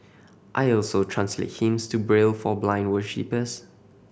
I also translate hymns to Braille for blind worshippers